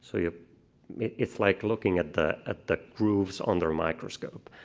so yeah i mean it's like looking at the at the grooves under a microscope.